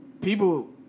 people